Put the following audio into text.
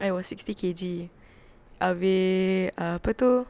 I was sixty K_G abeh ah apa tu